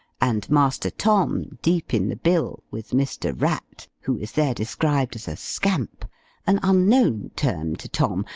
and master tom, deep in the bill, with mr. rat, who is there described as a scamp an unknown term to tom,